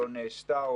לא נעשתה,